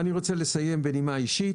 ואני רוצה לסיים בנימה אישית,